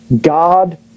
God